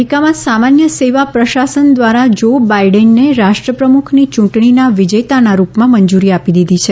America અમેરિકામાં સામાન્ય સેવા પ્રશાસન દ્વારા જો બાઇડેનને રાષ્ટ્રપ્રમુખની ચૂંટણીના વિજેતાના રૂપમાં મંજૂરી આપી દીધી છે